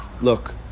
Look